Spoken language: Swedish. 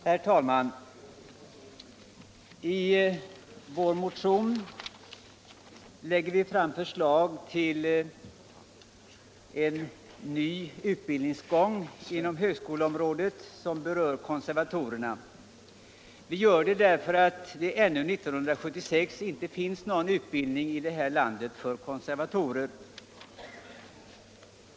Herr talman! I motionen 1975/76:1500 har jag tillsammans med ett par medmotionärer lagt fram förslag till en ny utbildningsgång inom högskoleområdet som berör konservatorerna. Vi gör det därför att det ännu 1976 inte finns någon utbildning i det här landet för konservatorer.